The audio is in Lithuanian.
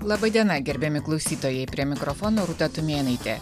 laba diena gerbiami klausytojai prie mikrofono rūta tumėnaitė